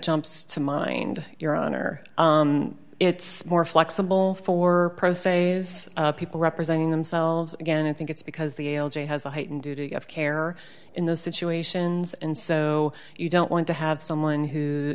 jumps to mind your honor it's more flexible for say is people representing themselves again i think it's because the o j has a heightened duty of care in those situations and so you don't want to have someone who